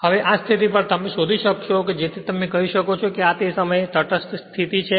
હવે આ સ્થિતિ પર તમે શોધી શકશો જેથી તમે કહી શકો કે આ તે સમયે તે તટસ્થ સ્થિતિ છે